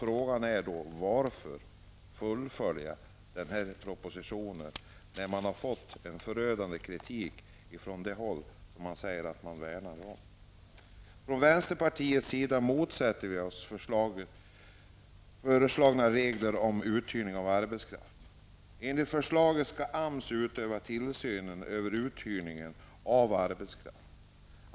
Frågan är då: Varför fullfölja framläggandet av propositionen, när man har fått en förödande kritik från de grupper man säger sig värna om? Från vänsterpartiets sida motsätter vi oss de föreslagna reglerna om uthyrning av arbetskraft. Enligt förslaget skall AMS utöva tillsyn över uthyrning av arbetskraft.